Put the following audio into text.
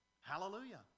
Hallelujah